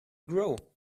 grow